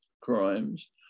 crimes